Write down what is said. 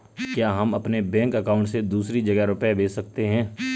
क्या हम अपने बैंक अकाउंट से दूसरी जगह रुपये भेज सकते हैं?